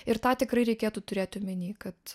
ir tą tikrai reikėtų turėti omeny kad